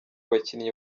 bakinnyi